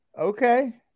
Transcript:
okay